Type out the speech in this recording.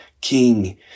King